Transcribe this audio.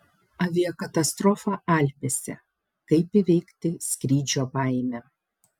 aviakatastrofa alpėse kaip įveikti skrydžio baimę